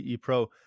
Pro